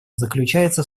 заключается